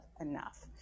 enough